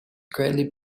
greatly